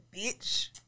Bitch